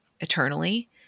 eternally